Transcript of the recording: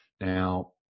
now